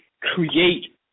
create